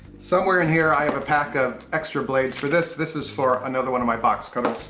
somewhere in here, i have a pack of extra blades for this. this is for another one of my box cutters.